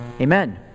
Amen